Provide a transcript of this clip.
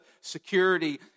security